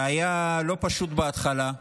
והיה לא פשוט בהתחלה.